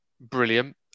brilliant